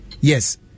yes